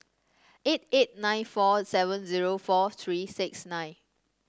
eight eight nine four seven zero four three six nine